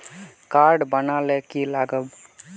Card बना ले की लगाव?